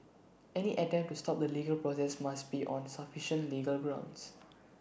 any attempt to stop the legal process must be on sufficient legal grounds